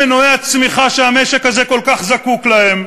לא למנועי הצמיחה שהמשק הזה כל כך זקוק להם,